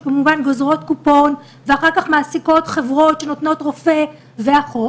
שכמובן גוזרות קופון ואחר כך מעסיקות חברות שנותנות רופא ואחות.